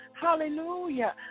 Hallelujah